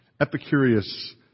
Epicurus